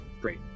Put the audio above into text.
Great